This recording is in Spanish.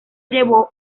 llevó